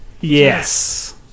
Yes